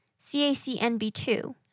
CACNB2